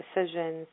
decisions